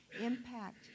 impact